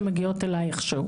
הן מגיעות אליי איכשהו.